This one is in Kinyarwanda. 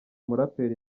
muraperi